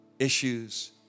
issues